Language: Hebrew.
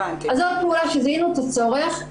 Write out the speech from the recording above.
זאת פעולה שזיהינו את הצורך,